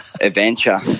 adventure